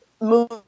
move